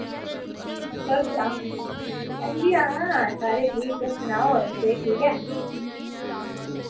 तुस सनाओ अंजी हां सारे ठीक तुस सनाओ होर सेह्त ठीक ऐ